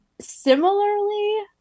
similarly